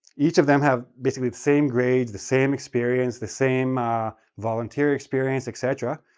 each of them have basically the same grades, the same experience, the same volunteer experience, etc.